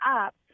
up